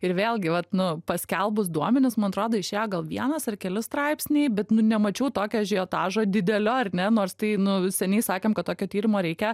ir vėlgi vat nu paskelbus duomenis man atrodo išėjo gal vienas ar keli straipsniai bet nu nemačiau tokio ažiotažo didelio ar ne nors tai nu seniai sakėm kad tokio tyrimo reikia